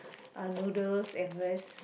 uh noodles and rice